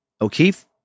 O'Keefe